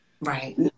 Right